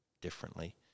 differently